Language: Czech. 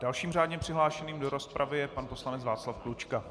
Dalším řádně přihlášeným do rozpravy je pan poslanec Václav Klučka.